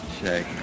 Shake